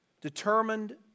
determined